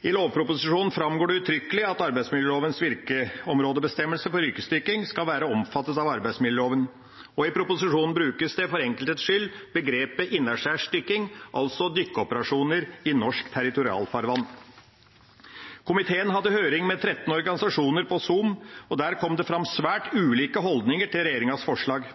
I lovproposisjonen framgår det uttrykkelig at arbeidsmiljølovens virkeområdebestemmelse for yrkesdykking skal være omfattet av arbeidsmiljøloven. I proposisjonen brukes det for enkelthets skyld begrepet «innaskjærs dykking», altså dykkeoperasjoner i norsk territorialfarvann. Komiteen hadde høring med 13 organisasjoner på Zoom. Der kom det fram svært ulike holdninger til regjeringas forslag.